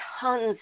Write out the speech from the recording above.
tons